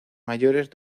mayores